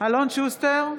אלון שוסטר,